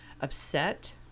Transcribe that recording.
upset